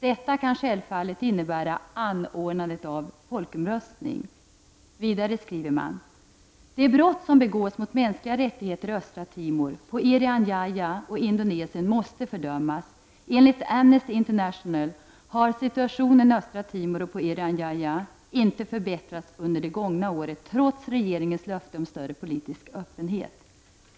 Detta kan självfallet innebära anordnandet av folkomröstning.” ”De brott som begås mot mänskliga rättigheter i Östra Timor, på Irian Jaya och i Indonesien måste fördömas. Enligt Amnesty International har situationen i Östra Timor och på Irian Jaya inte förbättrats under det gångna året trots regeringens löfte om större politisk öppenhet.